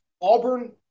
Auburn